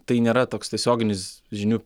tai nėra toks tiesioginis žinių